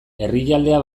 herrialdea